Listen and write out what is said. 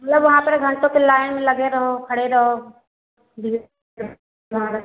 मतलब वहाँ पर घन्टों फिर लाइन में लगे रहो खड़े रहो